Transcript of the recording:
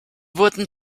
wurden